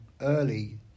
early